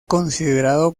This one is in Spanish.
considerado